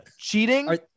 Cheating